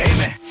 Amen